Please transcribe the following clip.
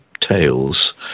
tales